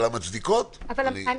אבל את המילה "המצדיקות" צריך להשאיר.